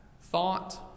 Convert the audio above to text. thought